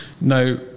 no